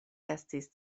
estis